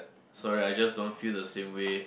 sorry I just don't feel the same way